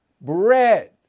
bread